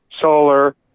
solar